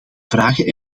vragen